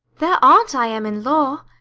their aunt i am in law,